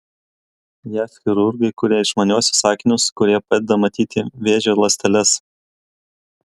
jav chirurgai kuria išmaniuosius akinius kurie padeda matyti vėžio ląsteles